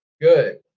Good